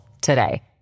today